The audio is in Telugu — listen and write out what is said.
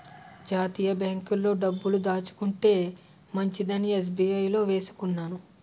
జాతీయ బాంకుల్లో డబ్బులు దాచుకుంటే మంచిదని ఎస్.బి.ఐ లో వేసుకున్నాను